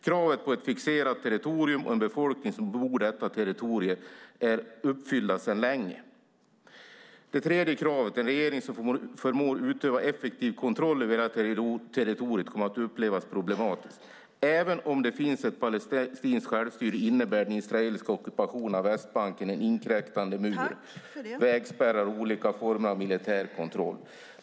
Kraven på ett fixerat territorium och en befolkning som bebor detta territorium är uppfyllda sedan länge. Det tredje kravet, en regering som förmår utöva effektiv kontroll över hela territoriet, kommer att upplevas som problematiskt. Även om det finns ett palestinskt självstyre innebär den israeliska ockupationen av Västbanken en inkräktande mur, vägspärrar och olika former av militär kontroll."